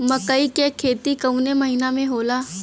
मकई क खेती कवने महीना में होला?